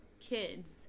kids